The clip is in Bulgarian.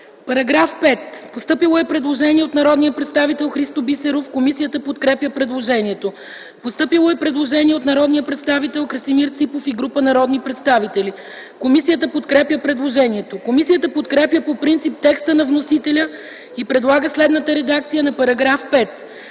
По § 5 е постъпило предложение от народния представител Христо Бисеров. Комисията подкрепя предложението. Постъпило е предложение от народния представител Красимир Ципов и група народни представители. Комисията подкрепя предложението. Комисията подкрепя по принцип текста на вносителя и предлага следната редакция на § 5: „§ 5.